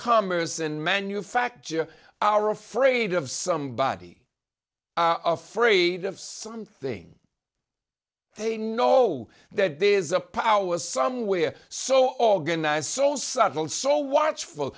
commerce and manufacture our afraid of somebody afraid of something they know that there is a power somewhere so organized so subtle so watchful